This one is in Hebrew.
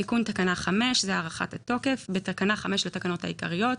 תיקון תקנה 5 (זה הארכת התוקף נ.ר) בתקנה 5 לתקנות העיקריות,